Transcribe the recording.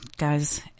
Guys